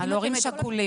על הורים שכולים.